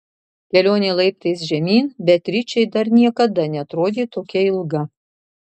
kelionė laiptais žemyn beatričei dar niekada neatrodė tokia ilga